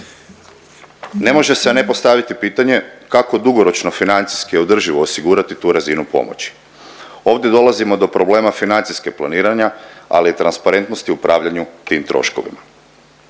Ne može se ne postaviti pitanje kako dugoročno financijski održivo održati tu razinu pomoći. Ovdje dolazimo do problema financijskog planiranja, ali i transparentnosti u upravljanju tim troškovima.